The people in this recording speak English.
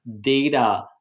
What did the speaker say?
data